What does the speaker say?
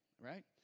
Right